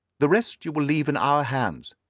the rest you will leave in our hands.